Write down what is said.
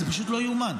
זה פשוט לא יאומן,